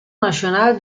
nacional